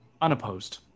unopposed